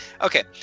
Okay